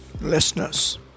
Listeners